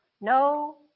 No